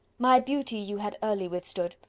my beauty you had early withstood,